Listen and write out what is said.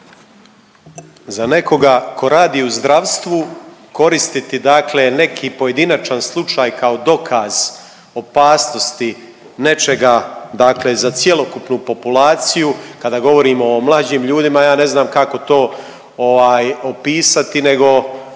Za nekoga tko radi u zdravstvu koristiti dakle neki pojedinačan slučaj kao dokaz opasnosti nečega, dakle za cjelokupnu populaciju kada govorimo o mlađim ljudima ja ne znam kako to ovaj opisati nego